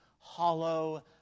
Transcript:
Hollow